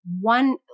one